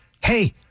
Hey